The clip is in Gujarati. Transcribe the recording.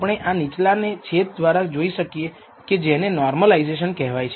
આપણે આ નીચલા ને છેદ દ્વારા જોઈ શકીએ કે જેને નૉરમલાઇસેશન કહેવાય છે